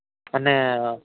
અને